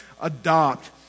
adopt